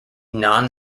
non